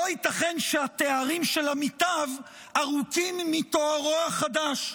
לא ייתכן שהתארים של עמיתיו ארוכים מתוארו החדש.